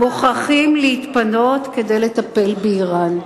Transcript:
מוכרחים להתפנות כדי לטפל באירן.